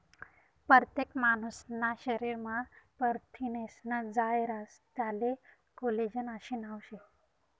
परतेक मानूसना शरीरमा परथिनेस्नं जायं रास त्याले कोलेजन आशे नाव शे